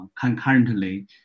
Concurrently